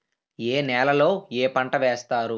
ఏ నేలలో ఏ పంట వేస్తారు?